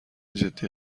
جدی